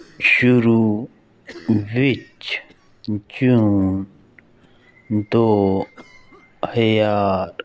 ਸ਼ੁਰੂ ਵਿੱਚ ਜੂਨ ਦੋ ਹਜ਼ਾਰ